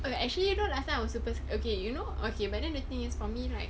okay actually you know last time I was supposed okay you know okay but then the thing is for me right